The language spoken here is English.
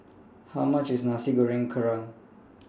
How much IS Nasi Goreng Kerang